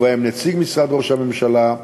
ובהם נציג משרד ראש הממשלה,